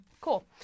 Cool